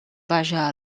vaja